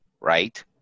Right